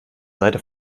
seite